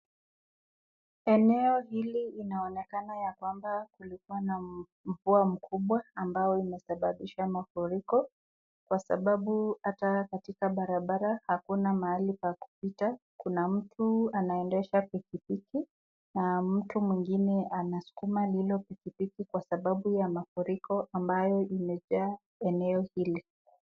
Eneo hili inaonekana ya kwamba kulikuwa na mvua kubwa ambayo imesababisha mafuriko Kwa sababu hata katika barabara hakuna mahali pa kupita, kuna mtu anaendesha pikipiki na mtu mwingine ana sukuma lilo pikipiki kwa sababu ya mafuriko ambayo imejaa eneo hili.